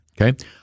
okay